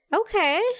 Okay